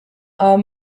are